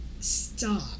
stop